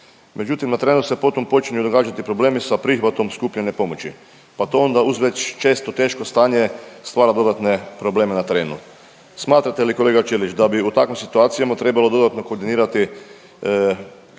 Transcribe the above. Međutim, na terenu se potom počinju događati problemi sa prihvatom skupljene pomoći pa to onda uz već često teško stanje stvara dodatne probleme na terenu. Smatrate li, kolega Ćelić, da bi u takvim situacijama trebalo dodatno koordinirati te akcije